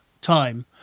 time